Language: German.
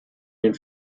den